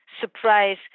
surprise